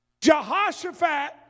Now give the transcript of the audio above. Jehoshaphat